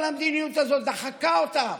כל המדיניות הזאת דחקה אותם.